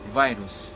virus